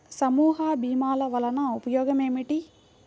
సమూహ భీమాల వలన ఉపయోగం ఏమిటీ?